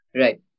Right